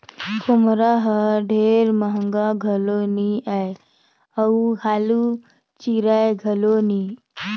खोम्हरा हर ढेर महगा घलो नी आए अउ हालु चिराए घलो नही